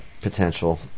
potential